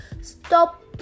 stop